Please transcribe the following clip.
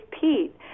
Pete